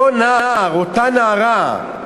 נער, אותה נערה,